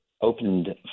opened